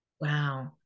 Wow